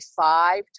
five